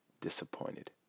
disappointed